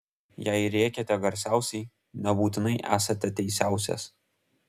jei rėkiate garsiausiai nebūtinai esate teisiausias